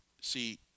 See